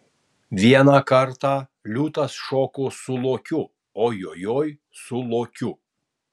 vieną kartą liūtas šoko su lokiu ojojoi su lokiu